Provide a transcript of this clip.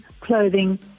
clothing